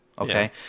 okay